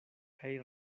kaj